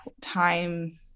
time